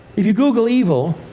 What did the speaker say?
if you google evil,